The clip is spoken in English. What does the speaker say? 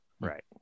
right